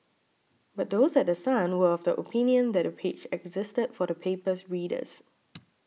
but those at The Sun were of the opinion that the page existed for the paper's readers